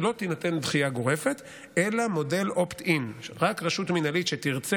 שלא תינתן דחייה גורפת אלא מודל opt-in: רק רשות מינהלית שתרצה